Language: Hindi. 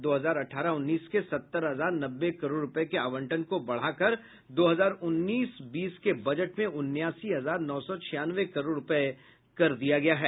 दो हजार अठारह उन्नीस के सत्तर हजार नब्बे करोड़ रुपये के आवंटन को बढ़ाकर दो हजार उन्नीस बीस में उन्नासी हजार नौ सौ छियानवे करोड़ रुपये कर दिया गया है